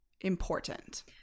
important